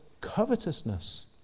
covetousness